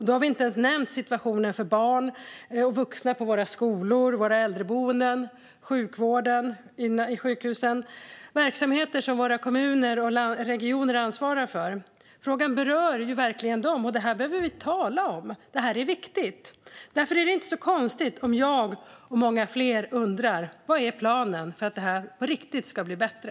Då har vi inte ens nämnt situationen för barn och vuxna på våra skolor, våra äldreboenden och sjukhusen - verksamheter som våra kommuner och regioner ansvarar för. Frågan berör verkligen dem. Det här behöver vi tala om. Det här är viktigt! Därför är det inte så konstigt om jag och många fler undrar: Vad är planen för att detta på riktigt ska bli bättre?